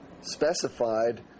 specified